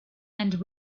and